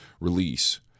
release